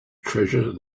treasure